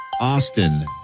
Austin